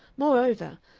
moreover,